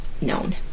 known